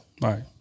Right